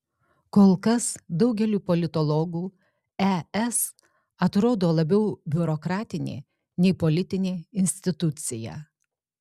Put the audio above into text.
kol kas daugeliui politologų es atrodo labiau biurokratinė nei politinė institucija